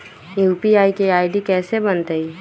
UPI के ID कैसे बनतई?